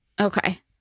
Okay